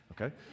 Okay